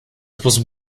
was